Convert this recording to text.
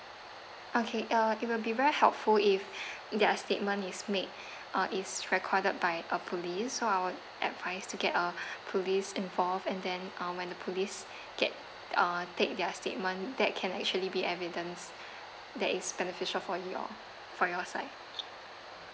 okay uh it will be very helpful if their statement is make uh is recorded by a police so I would advice to get a police involved and then uh when the police get uh take their statement that can actually be evidence that is beneficial for your for your side